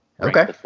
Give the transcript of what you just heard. Okay